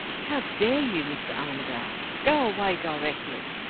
how dare you, mr. armadale? go away directly!